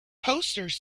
posters